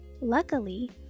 Luckily